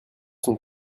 sont